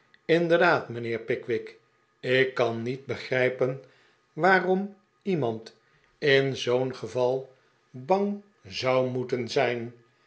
inderdaad mijnheer pickwick ik kan niet begrijpen waarom iemand in zoo'n geval bang zou moeten zijn